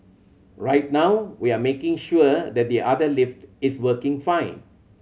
right now we are making sure that the other lift is working fine